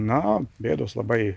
na bėdos labai